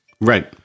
Right